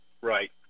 right